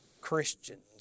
Christians